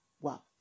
Wow